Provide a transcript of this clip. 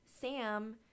Sam